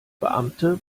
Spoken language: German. beamte